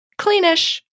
Cleanish